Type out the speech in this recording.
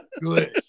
good